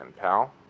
pal